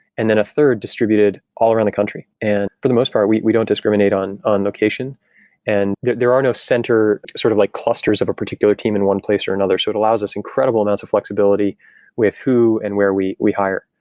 and then a third distributed all around the country. and for the most part, we we don't discriminate on on location and there are no center sort of like clusters of a particular team in one place or another. so it allows us incredible amounts of flexibility with who and where we we hire.